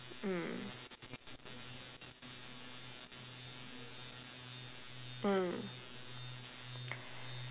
mm mm